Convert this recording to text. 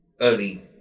early